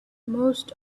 most